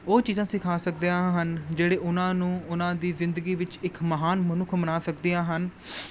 ਉਹ ਚੀਜ਼ਾਂ ਸਿਖਾ ਸਕਦੇ ਹਾ ਹਨ ਜਿਹੜੇ ਉਹਨਾਂ ਨੂੰ ਉਹਨਾਂ ਦੀ ਜ਼ਿੰਦਗੀ ਵਿੱਚ ਇੱਕ ਮਹਾਨ ਮਨੁੱਖ ਬਣਾ ਸਕਦੀਆਂ ਹਨ